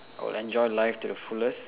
I will enjoy life to the fullest